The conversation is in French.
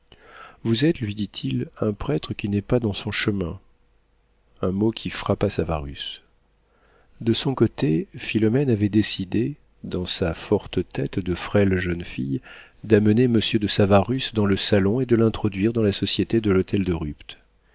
vous êtes lui dit-il un prêtre qui n'est pas dans son chemin un mot qui frappa savarus de son côté philomène avait décidé dans sa forte tête de frêle jeune fille d'amener monsieur de savarus dans le salon et de l'introduire dans la société de l'hôtel de rupt